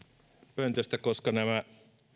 pöntöstä koska nämä